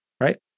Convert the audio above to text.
right